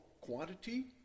quantity